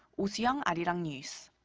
oh soo-young, arirang news.